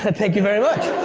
thank you very much.